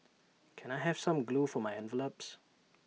can I have some glue for my envelopes